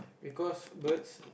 because birds